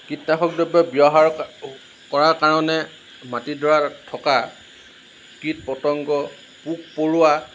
কীটনাশক দ্ৰব্য় ব্য়ৱহাৰ কৰাৰ কাৰণে মাটিডৰাত থকা কীট পতংগ পোক পৰুৱা